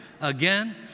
Again